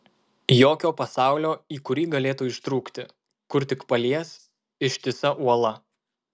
jokio pasaulio į kurį galėtų ištrūkti kur tik palies ištisa uola